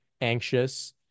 anxious